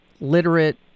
literate